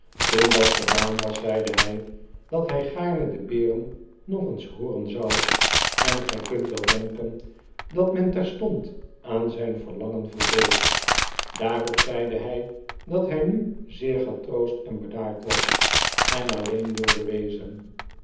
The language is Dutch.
toen dat gedaan was zeide hij dat hij gaarne de beren nog eens hooren zou en gij kunt wel denken dat men terstond aan zijn verlangen voldeed daarop zeide hij dat hij nu zeer getroost en bedaard was en aileen wilde wezen